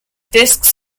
disks